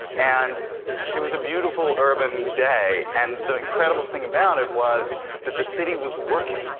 and it was a beautiful urban day, and the incredible thing about it was that the city was working.